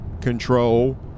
control